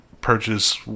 purchase